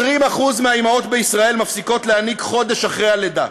20% מהאימהות בישראל מפסיקות להניק חודש לאחר הלידה,